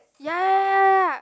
ya